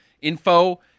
info